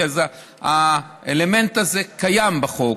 כי האלמנט הזה קיים בחוק,